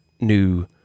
new